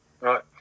Right